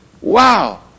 Wow